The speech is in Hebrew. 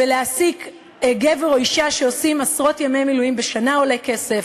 להעסיק גבר או אישה שעושים עשרות ימי מילואים בשנה עולה כסף,